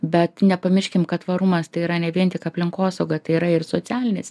bet nepamirškim kad tvarumas tai yra ne vien tik aplinkosauga tai yra ir socialinės